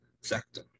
sector